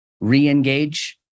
re-engage